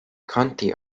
county